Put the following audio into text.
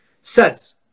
says